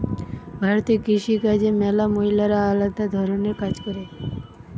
ভারতে কৃষি কাজে ম্যালা মহিলারা আলদা ধরণের কাজ করে